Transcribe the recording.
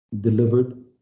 delivered